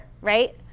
right